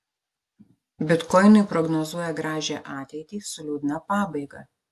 bitkoinui prognozuoja gražią ateitį su liūdna pabaiga